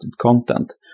content